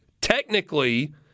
technically